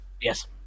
Yes